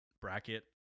bracket